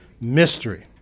mystery